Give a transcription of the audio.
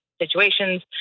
situations